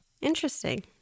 Interesting